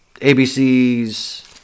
ABC's